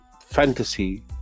fantasy